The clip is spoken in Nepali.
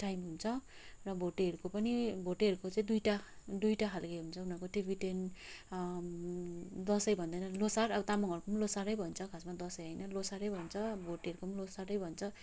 टाइम हुन्छ र भोटेहरूको पनि भोटेहरूको चाहिँ दुइटा दुइटा खालको हुन्छ उनीहरूको टिबेटन दसैँ भन्दैन लोसार अब तामाङहरूको पनि लोसारै भन्छ खासमा दसैँ होइन लोसारै भन्छ भोटेहरूको पनि लोसारै भन्छ